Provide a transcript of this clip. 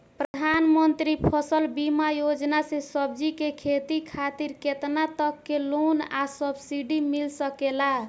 प्रधानमंत्री फसल बीमा योजना से सब्जी के खेती खातिर केतना तक के लोन आ सब्सिडी मिल सकेला?